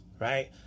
right